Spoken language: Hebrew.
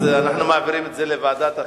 אז אנחנו מעבירים את זה לדיון בוועדת החינוך,